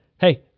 Hey